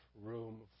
room